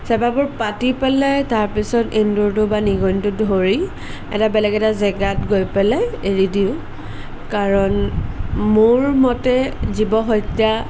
চেপাবোৰ পাতি পেলাই তাৰপিছত এন্দুৰটো বা নিগনিটো ধৰি এটা বেলেগ এটা জেগাত গৈ পেলাই এৰি দিওঁ কাৰণ মোৰ মতে জীৱ হত্যা